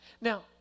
Now